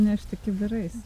nešti kibirais